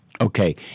Okay